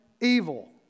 Evil